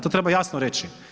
To treba jasno reći.